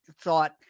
thought